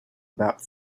about